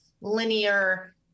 linear